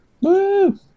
Woo